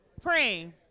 Pray